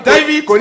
David